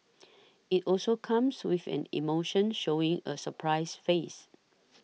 it also comes with an emotion showing a surprised face